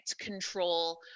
control